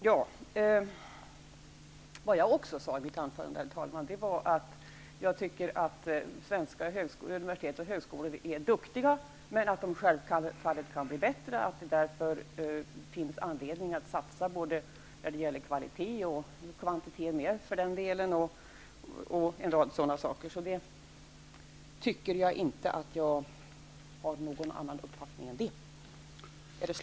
Vad jag också sade i mitt anförande, herr talman, var att jag tycker att svenska universitet och högskolor är duktiga men att de självfallet kan bli bättre och att det därför finns anledning att satsa på kvalitet och även kvantitet, m.m.